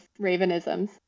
ravenisms